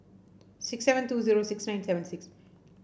six seven two zero six nine seven six